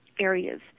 areas